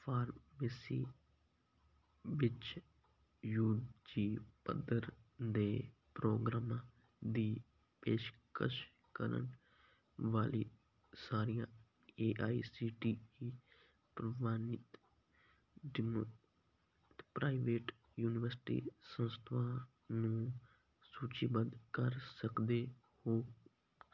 pharmacy ਵਿੱਚ U G ਪੱਧਰ ਦੇ ਪ੍ਰੋਗਰਾਮਾਂ ਦੀ ਪੇਸ਼ਕਸ਼ ਕਰਨ ਵਾਲੀ ਸਾਰੀਆਂ A I C T E ਪ੍ਰਵਾਨਿਤ ਪ੍ਰਾਈਵੇਟ ਯੂਨੀਵਰਸਿਟੀ ਸੰਸਥਾਵਾਂ ਨੂੰ ਸੂਚੀਬੱਧ ਕਰ ਸਕਦੇ ਹੋ